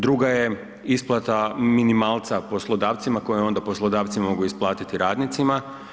Druga je isplata minimalca poslodavcima koje onda poslodavci mogu isplatiti radnicima.